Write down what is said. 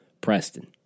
Preston